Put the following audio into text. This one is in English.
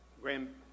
Grand